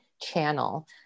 channel